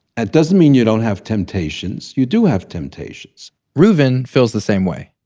it doesn't mean you don't have temptations, you do have temptations reuven feels the same way.